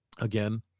again